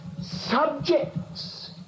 subjects